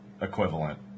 equivalent